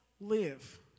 live